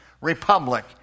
republic